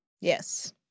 Yes